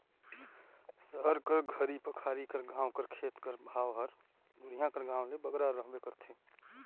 सहर कर घरी पखारी कर गाँव कर खेत कर भाव हर दुरिहां कर गाँव ले बगरा रहबे करथे